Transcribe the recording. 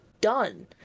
done